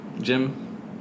Jim